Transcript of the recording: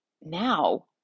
now